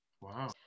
Wow